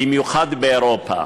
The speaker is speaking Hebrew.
במיוחד באירופה.